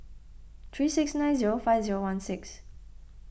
three six nine zero five zero one six